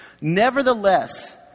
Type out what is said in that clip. Nevertheless